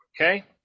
okay